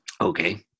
Okay